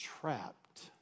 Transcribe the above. trapped